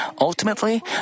Ultimately